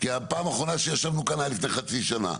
הפעם האחרונה שישבנו כאן הייתה לפני חצי שנה,